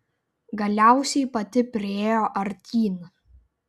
galiausiai pati priėjo artyn